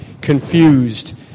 confused